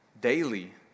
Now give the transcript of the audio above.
daily